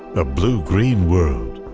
a blue green world